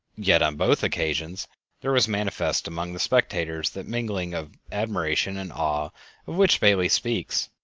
yet on both occasions there was manifest among the spectators that mingling of admiration and awe of which bailey speaks.